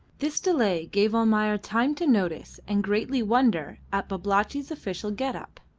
this delay gave almayer time to notice and greatly wonder at babalatchi's official get-up.